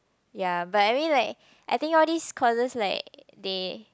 ya but I mean like I think all these causes like they